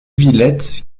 villette